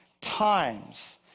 times